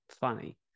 funny